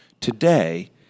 today